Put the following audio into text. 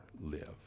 live